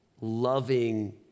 loving